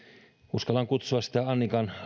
uskallan kutsua sitä annikan